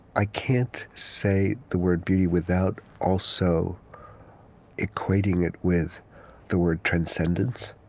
i can't say the word beauty without also equating it with the word transcendence,